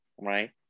right